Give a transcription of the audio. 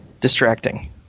distracting